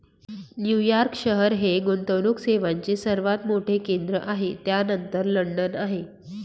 New York शहर हे गुंतवणूक सेवांचे सर्वात मोठे केंद्र आहे त्यानंतर लंडन आहे